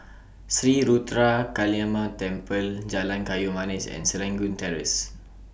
Sri Ruthra Kaliamman Temple Jalan Kayu Manis and Serangoon Terrace